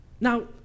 Now